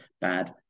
bad